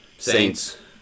Saints